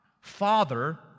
father